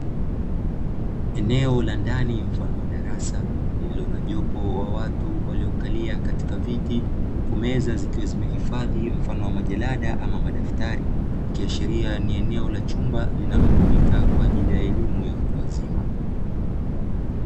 Eneo la ndani mfano wa darasa lililo na jopo la watu waliokalia katika vitu huku meza zikiwa zimehifadhi mfano wa majalada ama madaftari ikiashiria ni eneo la chumba linalotimimwa kwa ajili ya elimu ya watu.